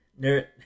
nerd